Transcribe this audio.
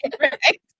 Right